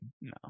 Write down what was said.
No